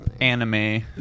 anime